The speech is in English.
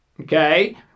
okay